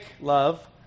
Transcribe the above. love